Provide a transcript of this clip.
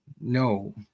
no